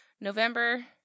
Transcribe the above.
November